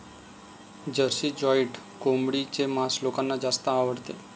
Jersey giant कोंबडीचे मांस लोकांना जास्त आवडते